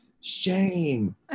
shame